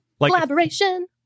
Collaboration